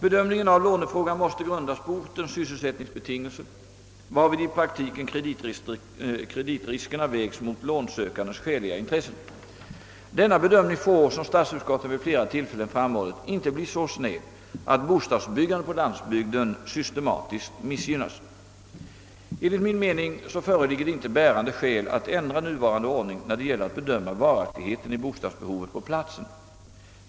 Bedömningen av lånefrågan måste grundas på ortens sysselsättningsbetingelser, varvid i praktiken kreditriskerna vägs mot lånsökandens skäliga intressen. Denna bedömning får — som statsutskottet vid flera tillfällen framhållit — inte bli så snäv, att bostadsbyggandet på landsbygden systematiskt missgynnas. Enligt min mening föreligger det inte bärande skäl att ändra nuvarande ordning när det gäller att bedöma varaktigheten i bostadsbehovet på platsen.